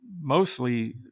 mostly